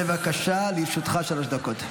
בבקשה, לרשותך שלוש דקות.